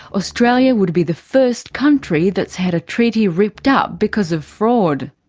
australia would be the first country that's had a treaty ripped up because of fraud.